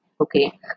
okay